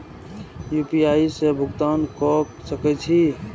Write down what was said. UPI से भुगतान क सके छी?